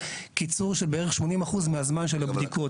קיצור של בערך 80 אחוזים מהזמן של הבדיקות.